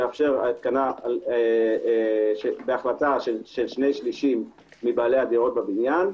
שמאפשר התקנה בהחלטה של שני שלישים מבעלי הדירות בבניין,